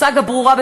סאגה ברורה,